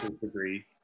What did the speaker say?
degree